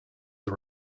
the